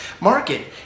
market